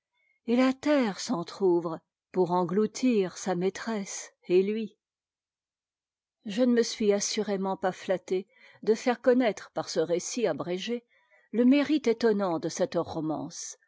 et la terre s'entr'ouvre pour engloutir sa maîtresse et lui je ne me suis assurément pas flattée de faire connaître par ce récit abrégé e mérite étonnant de cette romance